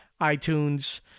iTunes